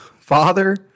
Father